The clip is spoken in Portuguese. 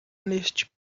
neste